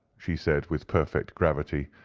she said, with perfect gravity,